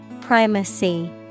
Primacy